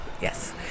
yes